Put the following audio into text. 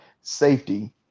safety